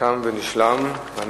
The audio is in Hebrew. בסיוון התש"ע (9 ביוני 2010): מתחילת